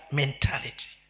mentality